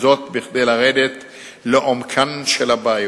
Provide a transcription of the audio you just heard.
וזאת כדי לרדת לעומקן של הבעיות.